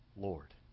Lord